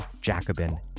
Jacobin